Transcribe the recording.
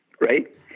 Right